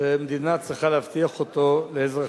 שהמדינה צריכה להבטיח לאזרחיה.